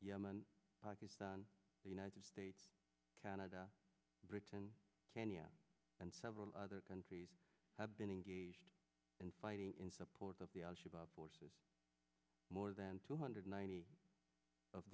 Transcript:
yemen pakistan the united states canada britain kenya and several other countries have been engaged in fighting in support of the al shabaab forces more than two hundred ninety of